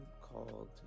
called